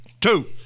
two